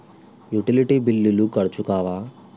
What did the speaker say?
Utility బిల్లులు ఖర్చు కావా?